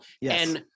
Yes